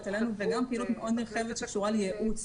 אלינו וגם פעילות מאוד נרחבת שקשורה לייעוץ,